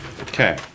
Okay